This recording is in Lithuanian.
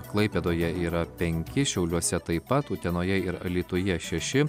klaipėdoje yra penki šiauliuose taip pat utenoje ir alytuje šeši